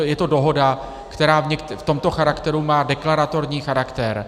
Je to dohoda, která v tomto charakteru má deklaratorní charakter.